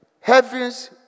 heavens